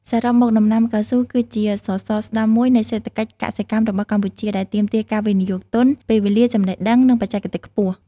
សរុបមក ដំណាំកៅស៊ូគឺជាសសរស្ដម្ភមួយនៃសេដ្ឋកិច្ចកសិកម្មរបស់កម្ពុជា ដែលទាមទារការវិនិយោគទុន ពេលវេលា ចំណេះដឹង និងបច្ចេកទេសខ្ពស់។